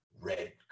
red